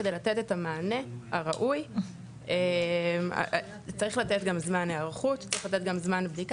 וכדי לתת את המענה הראוי צריך לתת גם זמן היערכות וזמן בדיקה.